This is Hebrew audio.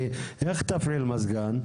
כי איך תפעיל מזגן?